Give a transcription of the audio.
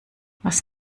was